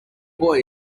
boy